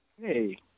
Hey